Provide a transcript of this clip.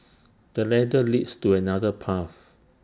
the ladder leads to another path